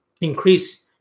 increase